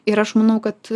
ir aš manau kad